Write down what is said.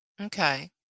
Okay